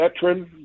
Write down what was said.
veteran